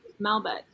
Malbec